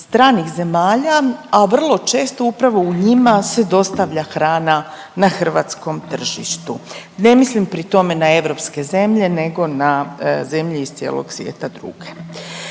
stranih zemalja, a vrlo čestu upravo u njima se dostavlja hrana na hrvatskom tržištu. Ne mislim pri tome na europske zemlje nego na zemlje iz cijelog svijeta, druge.